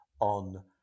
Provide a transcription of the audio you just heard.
on